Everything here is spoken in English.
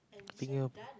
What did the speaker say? nothing oh